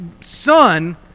son